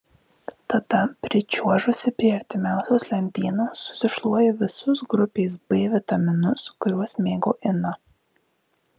tada pričiuožusi prie artimiausios lentynos susišluoju visus grupės b vitaminus kuriuos mėgo ina